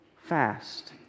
fast